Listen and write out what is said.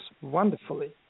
wonderfully